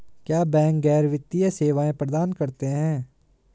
क्या बैंक गैर वित्तीय सेवाएं प्रदान करते हैं?